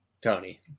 Tony